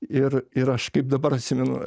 ir ir aš kaip dabar atsimenu